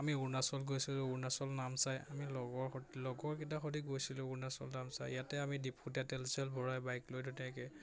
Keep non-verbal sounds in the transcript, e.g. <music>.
আমি অৰুণাচল গৈছিলোঁ অৰুণাচল নাম চাই আমি লগৰ লগৰকেইটা সৈতি গৈছিলোঁ অৰুণাচল নাম চাই ইয়াতে আমি ডিপুতে তেল চেল ভৰাই বাইক <unintelligible>